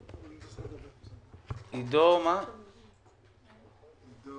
אני עצמי תושב הפריפריה, אני גר